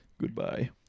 Goodbye